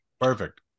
Perfect